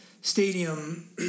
stadium